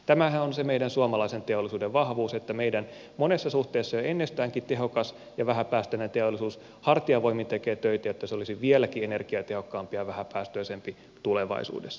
tämähän on se meidän suomalaisen teollisuuden vahvuus että meidän monessa suhteessa jo ennestäänkin tehokas ja vähäpäästöinen teollisuus hartiavoimin tekee töitä jotta se olisi vieläkin energiatehokkaampi ja vähäpäästöisempi tulevaisuudessa